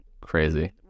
Crazy